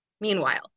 Meanwhile